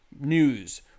news